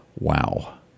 Wow